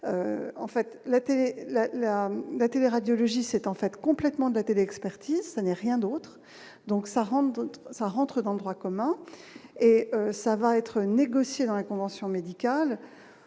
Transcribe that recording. la la télé radiologie s'étant en fait complètement daté d'expertise, ce n'est rien d'autre, donc ça rentre, ça rentre dans le droit commun et ça va être négocié dans la convention médicale